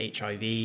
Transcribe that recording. HIV